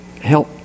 help